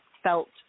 felt